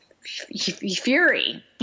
fury